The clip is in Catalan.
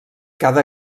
cada